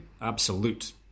absolute